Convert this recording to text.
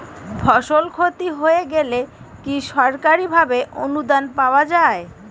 ফসল ক্ষতি হয়ে গেলে কি সরকারি ভাবে অনুদান পাওয়া য়ায়?